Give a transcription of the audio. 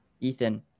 Ethan